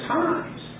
times